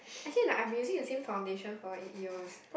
actually like I'm using the same foundation for years